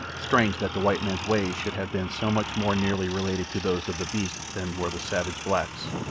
strange that the white man's ways should have been so much more nearly related to those of the beasts than were the savage blacks.